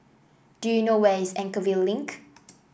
do you know where is Anchorvale Link